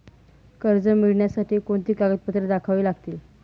कर्ज मिळण्यासाठी कोणती कागदपत्रे दाखवावी लागतील?